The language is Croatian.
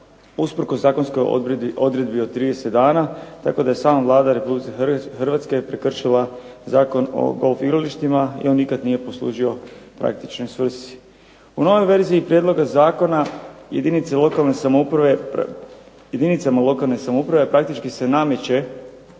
usprkos zakonskoj odredbi od 30 dana, tako da je sama Vlada Republike Hrvatske prekršila Zakon o golf igralištima jer on nije poslužio praktičnoj svrsi. U novoj verziji prijedloga zakona jedinicama lokalne samouprave praktički se nameće